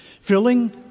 filling